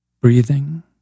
Breathing